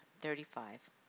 thirty-five